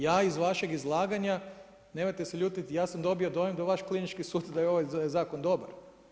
Ja iz vašeg izlaganja, nemojte se ljutiti, ja sam dobio dojam da vaš klinički sud, da je ovaj zakon dobar.